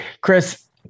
Chris